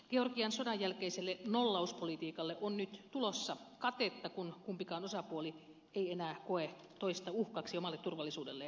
georgian sodan jälkeiselle nollauspolitiikalle on nyt tulossa katetta kun kumpikaan osapuoli ei enää koe toista uhkaksi omalle turvallisuudelleen